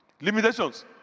Limitations